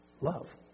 love